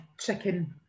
chicken